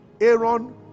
Aaron